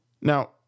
Now